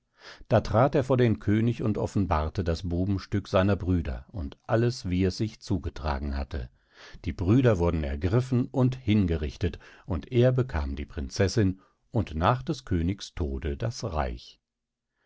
da trat er vor den könig und offenbarte das bubenstück seiner brüder und alles wie es sich zugetragen hatte die brüder wurden ergriffen und hingerichtet und er bekam die prinzessin und nach des königs tode das reich